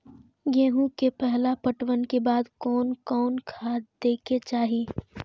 गेहूं के पहला पटवन के बाद कोन कौन खाद दे के चाहिए?